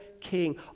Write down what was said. king